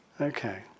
Okay